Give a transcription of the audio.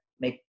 make